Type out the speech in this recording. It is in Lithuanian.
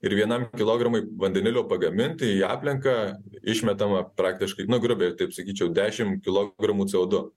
ir vienam kilogramui vandenilio pagaminti į aplinką išmetama praktiškai nu grubiai taip sakyčiau dešimt kilogramų co du